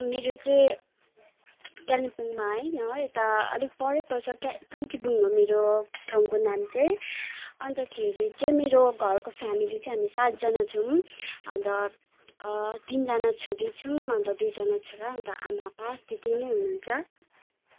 मेरो चाहिँ कालिम्पोङमा होइन यता अलिक परै पर्छ क्या काङ्केबुङ हो मेरो ठाउँको नाम चाहिँ अन्तखेरि चाहिँ मेरो घरको फेमिली चाहिँ हामी सातजना छौँ अन्त तिनजना छोरी छौँ अन्त दुईजना छोरा अन्त आमा आप्पा त्यति नै हुनुहुन्चछ